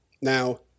Now